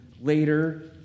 later